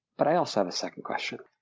but i also have a second question.